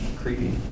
Creepy